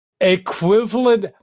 equivalent